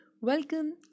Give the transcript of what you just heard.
Welcome